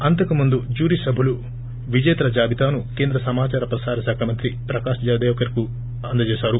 అంతకుముందు జ్వూరీ సభ్యులు విజేతల జాబితాను కేంద్ర సమాచార ప్రసారశాఖ మంత్రి ప్రకాశ్ జావదేకర్కు అందజేశారు